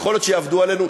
יכול להיות שיעבדו עלינו,